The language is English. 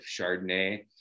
Chardonnay